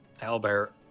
Albert